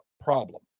problem